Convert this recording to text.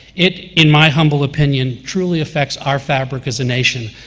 it, in my humble opinion, truly affects our fabric as a nation,